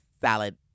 salad